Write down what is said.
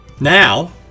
Now